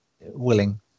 willing